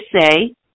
say